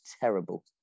terrible